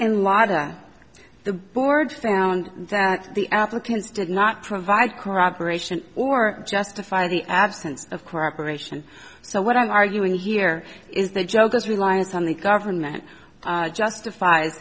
in lada the board found that the applicants did not provide corroboration or justify the absence of cooperation so what i'm arguing here is the joke is reliance on the government justif